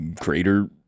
Crater